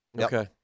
Okay